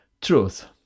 truth